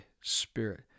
Spirit